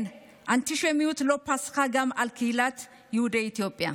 כן, האנטישמיות לא פסחה על קהילת יהודי אתיופיה.